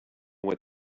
what